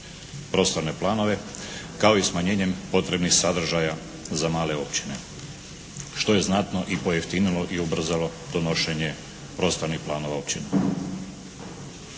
prostorne planove kao i smanjenjem potrebnih sadržaja za male općine što je znatno i pojeftinilo i ubrzalo donošenje prostornih planova općina.